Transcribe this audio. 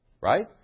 right